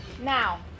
Now